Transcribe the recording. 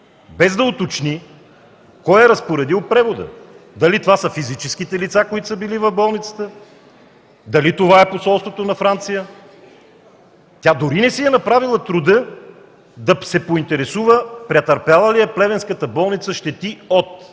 без да уточни кой е разпоредил превода – дали това са физическите лица, които са били в болницата, дали е посолството на Франция. Тя дори не си е направила труда да се поинтересува – претърпяла ли е плевенската болница щети от